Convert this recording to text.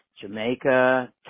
Jamaica